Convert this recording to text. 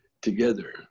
together